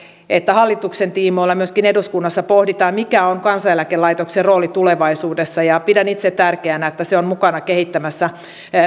että hallituksen tiimoilla ja myöskin eduskunnassa pohditaan mikä on kansaneläkelaitoksen rooli tulevaisuudessa ja pidän itse tärkeänä että se on mukana kehittämässä